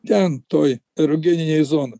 ten toj erogeninėj zona